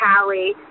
Callie